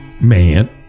man